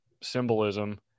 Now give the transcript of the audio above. symbolism